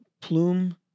plume